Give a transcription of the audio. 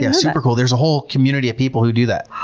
yeah super cool. there's a whole community of people who do that.